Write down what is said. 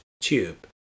tube